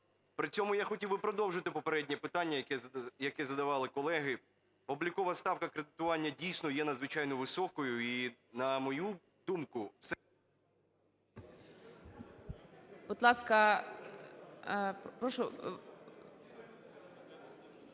При цьому я хотів би продовжити попереднє питання, яке задавали колеги, облікова ставка кредитування дійсно є надзвичайно високою і, на мою думку… ГОЛОВУЮЧИЙ. Будь ласка, прошу…